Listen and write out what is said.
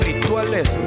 rituales